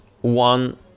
one